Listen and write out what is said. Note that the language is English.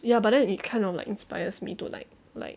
ya but then it kind of like inspires me to like like